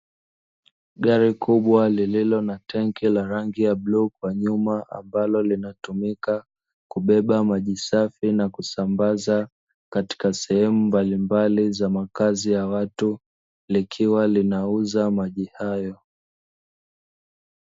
Gari kubwa lililo na tenki la rangi ya bluu kwa nyuma, ambalo linatumika kubeba maji safi na kusambaza katika sehemu mbalimbali za makazi ya watu. Likiwa linauza maji hayo.